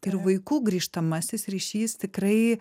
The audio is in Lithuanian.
ir vaikų grįžtamasis ryšys tikrai